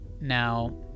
Now